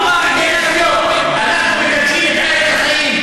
אסור לדחוק עם לפינה ולהשאיר אותו ללא עתיד,